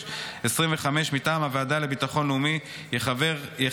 פ/586/25: מטעם הוועדה לביטחון לאומי יכהן